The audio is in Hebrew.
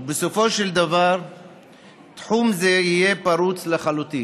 ובסופו של דבר תחום זה יהיה פרוץ לחלוטין.